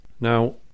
Now